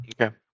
Okay